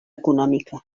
econòmica